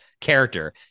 character